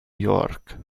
york